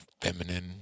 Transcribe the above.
feminine